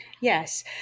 yes